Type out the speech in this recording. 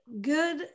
good